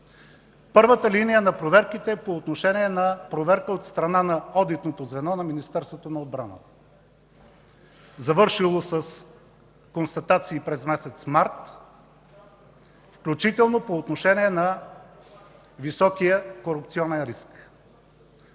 Първата линия на проверките е по отношение на проверка от страна на одитното звено на Министерство на отбраната, завършила с констатации през месец март, включително по отношение на високия корупционен риск.